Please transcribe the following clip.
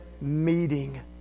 meeting